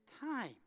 time